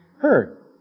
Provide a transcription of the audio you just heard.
heard